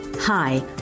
Hi